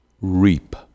reap